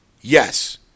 Yes